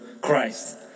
Christ